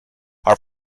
are